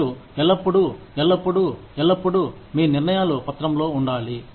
మీరు ఎల్లప్పుడూ ఎల్లప్పుడూ ఎల్లప్పుడూ మీ నిర్ణయాలు పత్రంలో ఉండాలి